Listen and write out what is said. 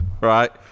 right